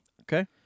Okay